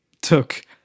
took